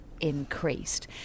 increased